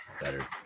better